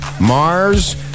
Mars